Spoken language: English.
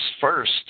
first